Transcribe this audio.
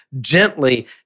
gently